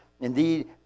indeed